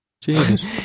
Jesus